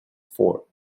fort